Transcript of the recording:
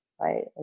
right